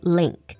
link